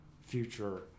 future